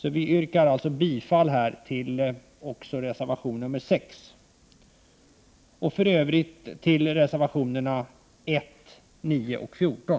Jag yrkar bifall till reservation 6 samt i övrigt också till reservationerna 9 och 14.